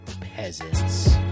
peasants